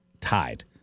tied